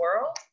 world